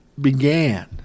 began